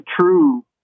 true